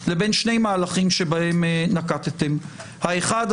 הזאת לבין שני מהלכים שבהם נקטתם: האחד,